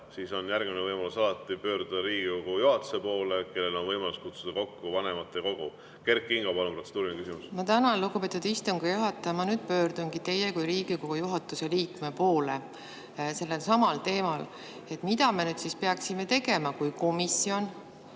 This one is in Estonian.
siis on järgmine võimalus pöörduda Riigikogu juhatuse poole, kellel on võimalus kutsuda kokku vanematekogu. Kert Kingo, palun, protseduuriline küsimus! Ma tänan, lugupeetud istungi juhataja. Ma pöördungi teie kui Riigikogu juhatuse liikme poole sellelsamal teemal. Mida me siis peaksime tegema, kui komisjon